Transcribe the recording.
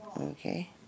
Okay